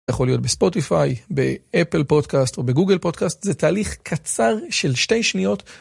יכול להיות בספוטיפאי, באפל פודקאסט או בגוגל פודקאסט, זה תהליך קצר של שתי שניות.